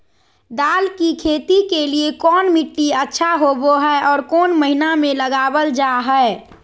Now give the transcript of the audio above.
दाल की खेती के लिए कौन मिट्टी अच्छा होबो हाय और कौन महीना में लगाबल जा हाय?